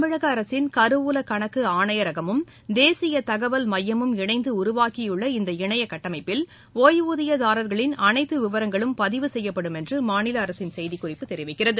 தமிழக அரசின் கருவூல கணக்கு ஆணையரகமும் தேசிய தகவல் மையமும் இணைந்து உருவாக்கியுள்ள இந்த இணைய கட்டமைப்பில் ஓய்வூதியதாரர்களின் அனைத்து விவரங்களும் பதிவு செய்யப்படும் என்று மாநில அரசின் செய்திக்குறிப்பு தெரிவிக்கிறது